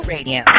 Radio